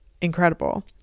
incredible